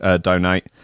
donate